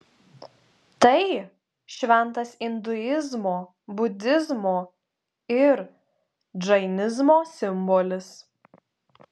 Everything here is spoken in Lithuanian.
tai šventas induizmo budizmo ir džainizmo simbolis